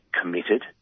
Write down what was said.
committed